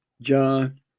John